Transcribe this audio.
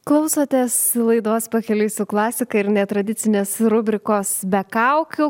klausotės laidos pakeliui su klasika ir netradicinės rubrikos be kaukių